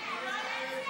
לעניין